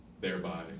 thereby